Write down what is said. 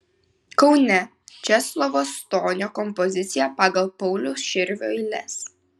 kaune česlovo stonio kompozicija pagal pauliaus širvio eiles